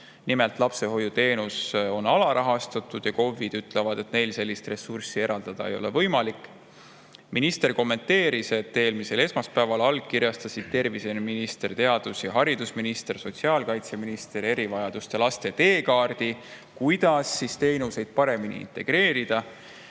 Nimelt, lapsehoiuteenus on alarahastatud ja KOV-id ütlevad, et neil sellist ressurssi eraldada ei ole võimalik. Minister kommenteeris, et eelmisel esmaspäeval allkirjastasid terviseminister, teadus- ja haridusminister ning sotsiaalkaitseminister erivajadustega laste teekaardi, [kus on kirjas,] kuidas teenuseid paremini integreerida.